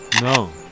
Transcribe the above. No